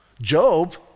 Job